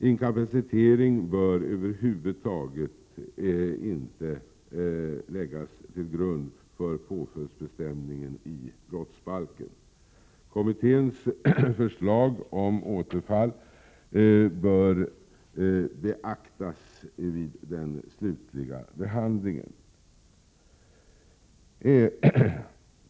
Inkapacitering bör över huvud taget inte läggas till grund för påföljdsbestämning i brottsbalken. Kommitténs förslag om återfall bör beaktas vid den slutliga behandlingen.